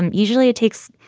um usually it takes,